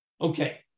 Okay